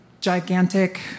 gigantic